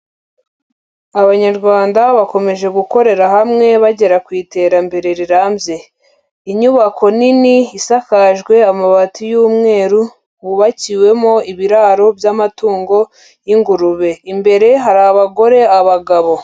Abanyarwanda bakomeje gukorera hamwe, bagera ku iterambere rirambye. Inyubako nini, isakajwe amabati y'umweru, hubakiwemo ibiraro by'amatungo y'ingurube. Imbere hari abagore, abagabo.